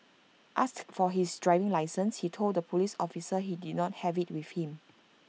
asked for his driving licence he told the Police officer he did not have IT with him